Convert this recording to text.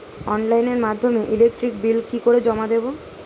অনলাইনের মাধ্যমে electric bill কি করে জমা দেবো?